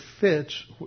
fits